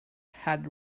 had